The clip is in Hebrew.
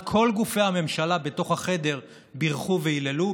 כל גופי הממשלה בתוך החדר בירכו והיללו.